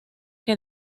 que